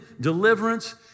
deliverance